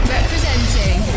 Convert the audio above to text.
Representing